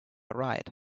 right